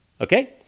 Okay